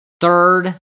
third